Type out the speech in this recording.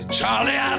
Charlie